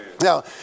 Now